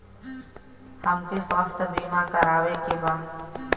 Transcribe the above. हमके स्वास्थ्य बीमा करावे के बा?